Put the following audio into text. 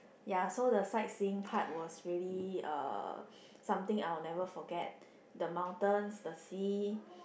ya so the sightseeing part was really uh something I will never forget the mountains the sea